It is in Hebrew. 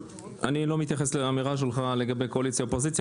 אני לא מתייחס לאמירה שלך לגבי קואליציה ואופוזיציה,